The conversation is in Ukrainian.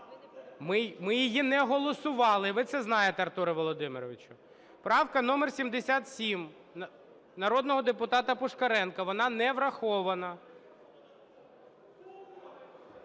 Ми її не голосували, і ви це знаєте, Артуре Володимировичу. Правка номер 77 народного депутата Пушкаренка, вона не врахована…